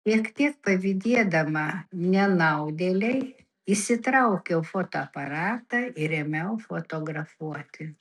šiek tiek pavydėdama nenaudėlei išsitraukiau fotoaparatą ir ėmiau fotografuoti